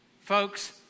Folks